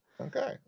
Okay